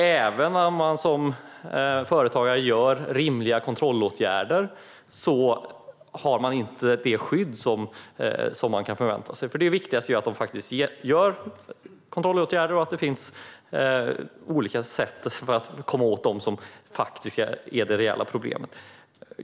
Även om man som företagare vidtar rimliga kontrollåtgärder har man inte det skydd som man kan förvänta sig. Det viktigaste är ju att man vidtar kontrollåtgärder och att det finns olika sätt att komma åt dem som är det reella problemet.